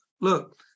look